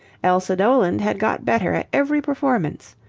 elsa doland had got better at every performance.